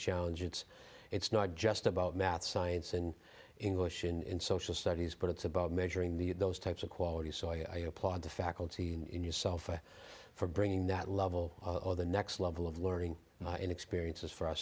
challenge it's it's not just about math science and english in social studies but it's about measuring the those types of quality so i applaud the faculty in yourself for bringing that level of the next level of learning experiences for